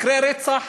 מקרי הרצח